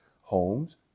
homes